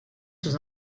sous